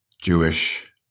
Jewish